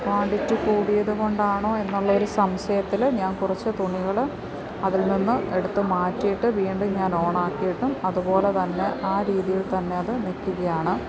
quantity കൂടിയതു കൊണ്ടാണോ എന്നുള്ള ഒരു സംശയത്തിൽ ഞാൻ കുറച്ചു തുണികൾ അതിൽ നിന്ന് എടുത്തു മാറ്റിയിട്ട് വീണ്ടും ഞാൻ ഓൺ ആക്കിയിട്ടും അതുപോലെ തന്നെ ആ രീതിയിൽ തന്നെ അത് നിൽക്കുകയാണ്